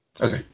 Okay